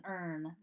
earn